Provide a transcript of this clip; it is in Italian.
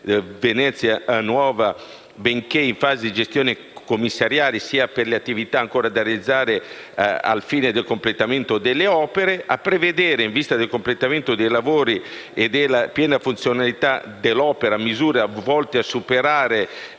Venezia nuova, benché in fase di gestione commissariale, per le attività ancora da realizzare al fine del completamento delle opere. Il terzo impegno è quello di prevedere, in vista del completamento dei lavori e della piena funzionalità dell'opera, misure volte a superare